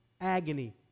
agony